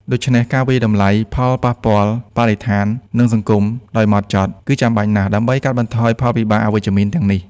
ដួច្នេះការវាយតម្លៃផលប៉ះពាល់បរិស្ថាន និងសង្គមដោយហ្មត់ចត់ គឺចាំបាច់ណាស់ដើម្បីកាត់បន្ថយផលវិបាកអវិជ្ជមានទាំងនេះ។